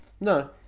No